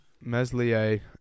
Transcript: Meslier